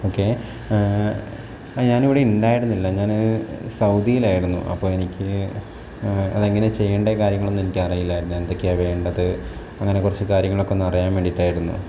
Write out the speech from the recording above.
okay അ ഞാൻ ഇവിടെ ഉണ്ടായിരുന്നില്ല ഞാൻ സൗദിയിൽ ആയിരുന്നു അപ്പം എനിക്ക് അത് എങ്ങനെ ചെയ്യേണ്ടത് കാര്യങ്ങളൊന്നും എനിക്ക് അറിയില്ലായിരുന്നു എന്തൊക്കെയാണ് വേണ്ടത് അങ്ങനെ കുറച്ചു കാര്യങ്ങളൊക്കൊ ഒന്ന് അറിയാൻ വേണ്ടിയിട്ടായിരുന്നു